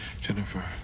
Jennifer